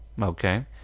Okay